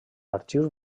arxius